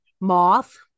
Moth